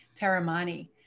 Taramani